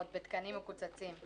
ועוד בתקנים מקוצצים.